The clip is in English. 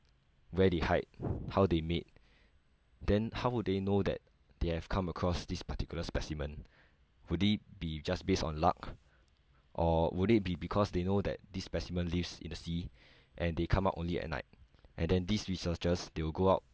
where they hide how they mate then how would they know that they have come across this particular specimen would it be just based on luck or would it be because they know that this specimen leaves in the sea and they come out only at night and then these researchers they will go out